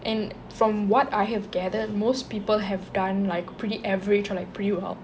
and from what I have gathered most people have done like pretty average or like pretty well